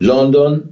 London